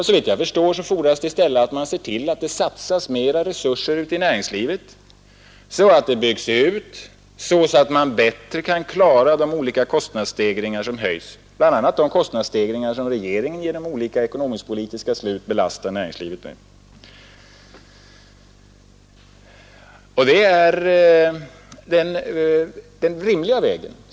Såvitt jag förstår fordras det i stället att man ser till att det satsas mera resurser i näringslivet, så att detta kan byggas ut för att bättre klara de olika kostnadsstegringar som förekommer, bl.a. dem som regeringen genom olika ekonomisk-politiska beslut belastar näringslivet med. Det är den rimliga vägen.